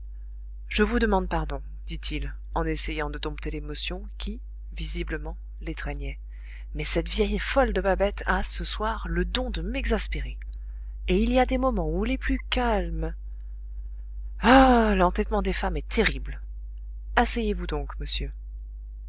dompter l'émotion qui visiblement l'étreignait mais cette vieille folle de babette a ce soir le don de m'exaspérer et il y a des moments où les plus calmes ah l'entêtement des femmes est terrible asseyez-vous donc monsieur